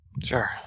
Sure